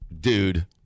dude